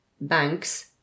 Banks